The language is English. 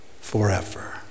forever